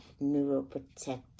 neuroprotective